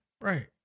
Right